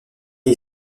est